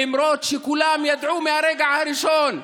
למרות שכולם ידעו מהרגע הראשון,